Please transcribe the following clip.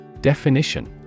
Definition